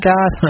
God